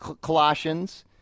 Colossians